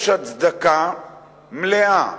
יש הצדקה מלאה